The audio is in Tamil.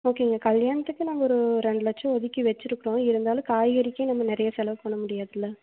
ஓகேங்க கல்யாண்த்துக்கு நாங்கள் ஒரு ரெண்டு லட்சம் ஒதுக்கி வெச்சுருக்கிறோம் இருந்தாலும் காய்கறிக்கு நம்ம நிறைய செலவு பண்ண முடியாதுல